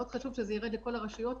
מאוד חשוב שזה יחלחל לכל הרשויות.